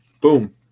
Boom